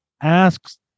asks